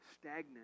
stagnant